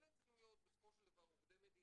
הם צריכים להיות בסופו של דבר עובדי מדינה,